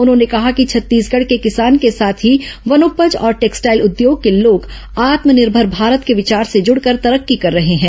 उन्होंने कहा कि छत्तीसगढ़ के किसान के साथ ही वनोपज और टेक्सटाइल उद्योग के लोग आत्मनिर्भर भारत के विचार से जुड़कर तरक्की कर रहे हैं